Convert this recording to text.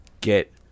get